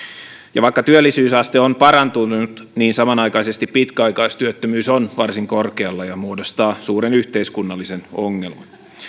vaikka työllisyysaste on parantunut niin samanaikaisesti pitkäaikaistyöttömyys on varsin korkealla ja muodostaa suuren yhteiskunnallisen ongelman